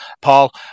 Paul